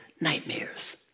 nightmares